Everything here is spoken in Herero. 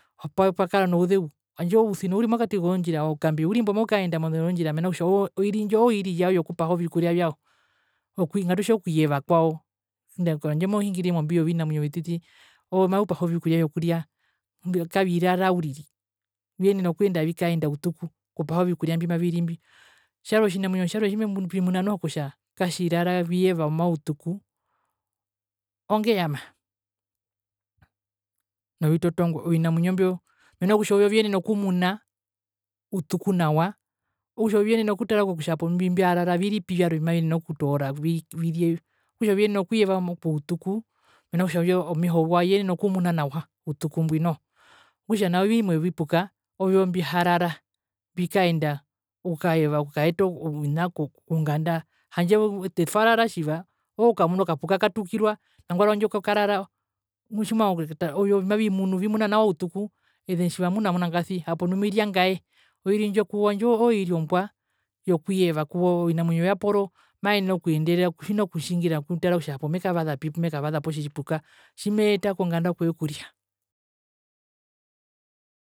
Poo pa pa pakara nouzeu handje ousino uri mokati kozondjira oukambe urimbo maukaenda handje oiri ndjo oiri yokupaha ovikuria vyao ngatutje ookuyeva kwao handje mohingirire mombii yovinamwinyo vititi owo maupaha ovikuria vyokuria kavirara viyenena okuyenda avikaenda utuku okupaha ovikuria mbimaviri mbi, tjarwe otjinamwinyo tjarwe tjimbimemunu tjimbimuna noho kutjaa katjirara mautuku ongeama novitotongwe ovina mwinyo mbio mena kutja ovyo viyenena okumuna utuku nawa okutja ovyo viyenena okutara kutja ombi mbyarara viripi vyarwe mbimaviyenene okutoora virye okutja ovyo viyenena okuyeva utuku mena rokutja omeho wao yenena okumuna nawa utuku mbwi noho okutja nao ivimwe vyovipuka ovyo mbiharara mbikaenda okukaeva okukaeta ou ouna ko konganda handje ete twarara tjiva okuukamuna okupaka katukirwa nangwari handje oko karara nu tjimohara okukata ovyo mavimunu vimuna nawa utuku ene tjiva ngunda mnangasi hapo nu viriangaye oirinndjo kuwo ndjo oiri ombwa yokuyeva kuwo oviamwinyo vyaporo maendere tjina okutjingira nokutara kutja hapo mekavazapi pumekavasa kotjipuka tjimeeta konganda okuye kuria.